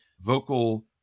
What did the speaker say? vocal